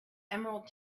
emerald